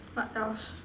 what else